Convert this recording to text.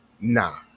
Nah